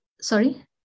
Sorry